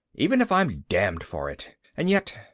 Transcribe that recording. even if i'm damned for it! and yet.